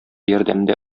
ярдәмендә